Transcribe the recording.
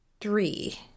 three